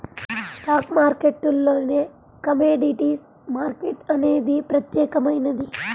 stock మార్కెట్టులోనే commodities market అనేది ప్రత్యేకమైనది